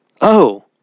Oh